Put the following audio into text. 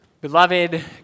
Beloved